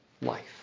life